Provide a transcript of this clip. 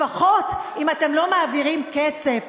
לפחות, אם אתם לא מעבירים כסף,